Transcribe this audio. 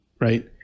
right